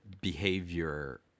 behavior